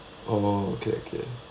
oh okay okay